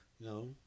No